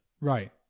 Right